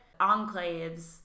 enclaves